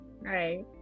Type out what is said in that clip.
Right